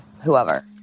whoever